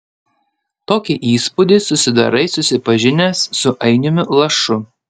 tokį įspūdį susidarai susipažinęs su ainiumi lašu